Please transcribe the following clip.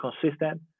consistent